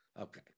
Okay